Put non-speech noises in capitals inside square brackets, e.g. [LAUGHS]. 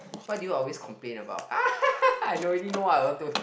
what do you always complaint about [LAUGHS] I already know I want to